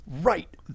right